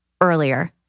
earlier